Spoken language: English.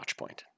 Watchpoint